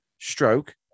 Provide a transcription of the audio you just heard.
stroke